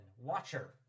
Watcher